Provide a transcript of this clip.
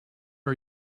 are